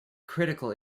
critical